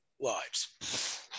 lives